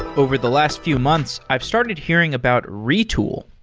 over the last few months, i've started hearing about retool.